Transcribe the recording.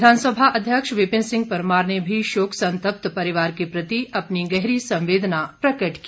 विधानसभा अध्यक्ष विपिन सिंह परमार ने भी शोक संतप्त परिवार के प्रति अपनी गहरी संवेदना प्रकट की